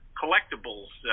collectibles